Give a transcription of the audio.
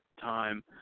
time